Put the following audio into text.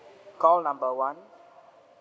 call number one